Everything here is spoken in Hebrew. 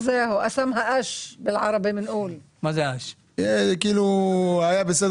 תקציב הסבסוד של האוטובוסים, הרכבות וכל התחבורה